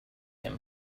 him